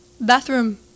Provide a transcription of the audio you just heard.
bathroom